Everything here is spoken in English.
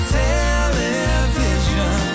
television